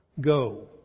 Go